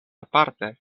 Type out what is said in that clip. aparte